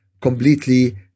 completely